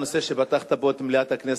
הנושא שפתחת בו את מליאת הכנסת,